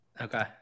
Okay